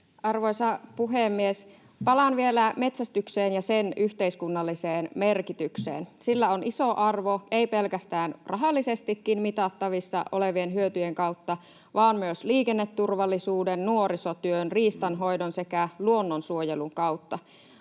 Arvoisa puhemies! Palaan vielä metsästykseen ja sen yhteiskunnalliseen merkitykseen. Sillä on iso arvo, ei pelkästään rahallisestikin mitattavissa olevien hyötyjen kautta vaan myös liikenneturvallisuuden, nuorisotyön, riistanhoidon sekä luonnonsuojelun kautta.